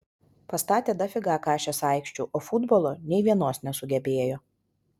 pastatė dafiga kašės aikščių o futbolo nei vienos nesugebėjo